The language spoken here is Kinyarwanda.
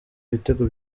ibitego